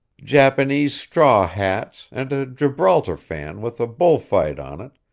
japanese straw hats and a gibraltar fan with a bull-fight on it,